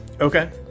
Okay